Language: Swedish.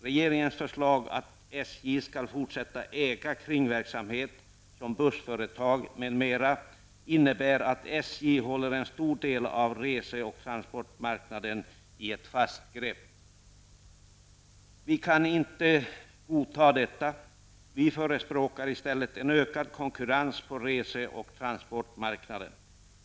Regeringens förslag att SJ skall fortsätta äga kringverksamhet -- såsom bl.a. bussföretag -- innebär att SJ skulle komma att hålla en stor del av rese och transportmarknaden i ett fast grepp. Vi kan inte godta detta. Vi förespråkar i stället en ökad konkurrens på rese och transportmarknaden.